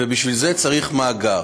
ובשביל זה צריך מאגר.